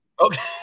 Okay